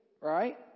right